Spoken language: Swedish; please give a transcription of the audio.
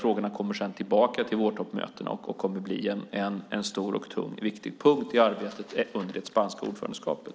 Frågorna kommer sedan tillbaka till vårtoppmötena och kommer att bli en stor, tung och viktig punkt i arbetet under det spanska ordförandeskapet.